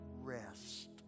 rest